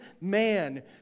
man